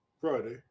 Friday